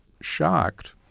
shocked